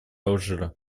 алжира